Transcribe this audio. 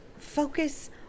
Focus